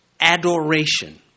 adoration